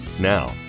now